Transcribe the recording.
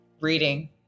reading